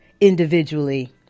individually